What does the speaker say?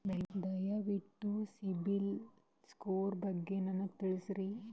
ದಯವಿಟ್ಟು ಸಿಬಿಲ್ ಸ್ಕೋರ್ ಬಗ್ಗೆ ನನಗ ತಿಳಸರಿ?